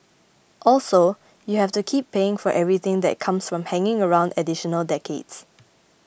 also you have to keep paying for everything that comes from hanging around additional decades